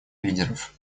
лидеров